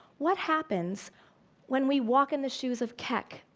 what happens when we walk in the shoes of kek,